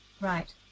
Right